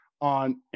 on